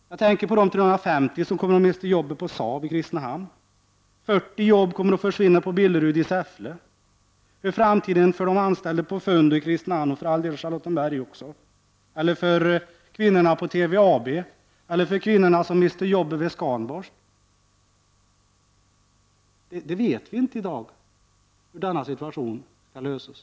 Jag tänker på de 350 som kommer att mista jobbet på SAAB i Kristinehamn och på att 40 jobb kommer att för svinna på Billerud i Säffle. Hur kommer framtiden att te sig för de anställda på Fundi i Kristinehamn och för all del i Charlottenberg också, för kvinnorna på TVAB eller för kvinnorna som mister jobbet vid Scanborst? Vi vet inte i dag hur den situationen skall lösas.